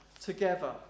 together